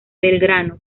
belgrano